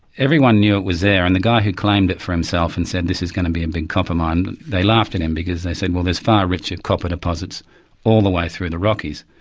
everyone knew it was there and the guy who claimed it for himself and said this is going to be a big copper mine, they laughed at him, because they said, well there's far richer copper deposits all the way through the rockies.